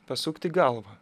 pasukti galvą